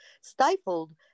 stifled